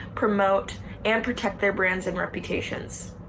promote and protect their brands and reputations.